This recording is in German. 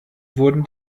wurden